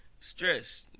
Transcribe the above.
Stress